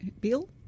Bill